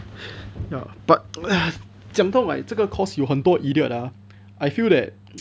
ya but 讲到 like 这个 course 有很多 idiot ah I feel that